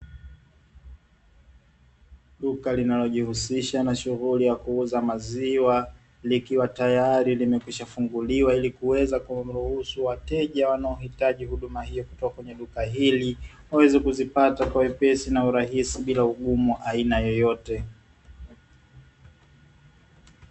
Duka linalojihusisha na shughuli ya kuuza maziwa, likiwa tayari limekwisha funguliwa ili kuweza kuwaruhusu wateja wanaohitaji huduma hiyo kutoka kwenye duka, hili waweze kuzipata kwa wepesi na urahisi bila ugumu wa aina yoyote.